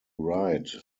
ride